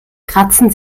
kratzen